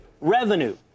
revenue